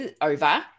over